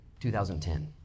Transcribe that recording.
2010